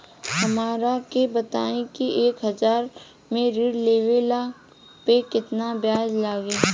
हमरा के बताई कि एक हज़ार के ऋण ले ला पे केतना ब्याज लागी?